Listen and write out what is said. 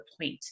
point